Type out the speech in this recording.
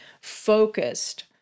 focused